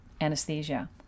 anesthesia